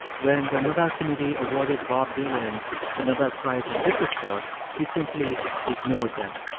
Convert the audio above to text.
when the nobel committee awarded bob dylan the nobel prize in literature, he simply ignored them.